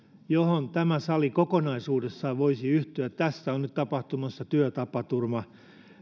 johon tämä sali kokonaisuudessaan voisi yhtyä tässä on nyt tapahtumassa työtapaturma